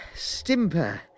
Stimper